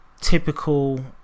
typical